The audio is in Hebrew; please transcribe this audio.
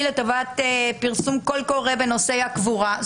לטובת פרסום קול קורא בנושא הקבורה.